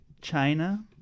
China